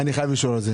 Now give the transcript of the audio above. אני חייב לשאול.